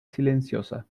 silenciosa